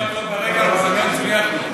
הוא ניסה לבעוט לו ברגל אבל זה לא הצליח לו.